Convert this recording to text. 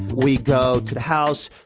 we go to the house,